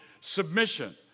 submission